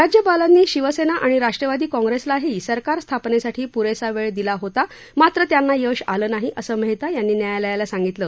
राज्यपालांनी शिवसेना आणि राष्ट्रवादी काँग्रेसलाही सरकार स्थापनेसाठी पुरेसा वेळ दिला होता मात्र त्यांना यश आलं नाही असं मेहता यांनी न्यायालयाला सांगितलं